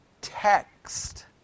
text